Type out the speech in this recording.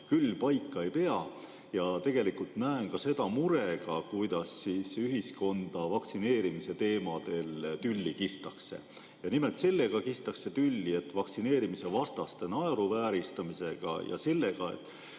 küll paika ei pea, ja tegelikult näen ka seda murega, kuidas ühiskonda vaktsineerimise teemadel tülli kistakse. Nimelt kistakse tülli vaktsineerimisvastaste naeruvääristamisega ja sellega, et